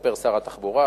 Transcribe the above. מספר שר התחבורה,